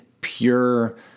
pure